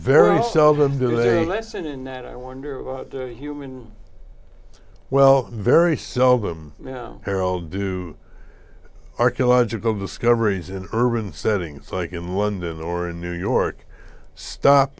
very seldom do they listen and that i wonder about human well very seldom now carol do archaeological discoveries in urban settings like in london or in new york stop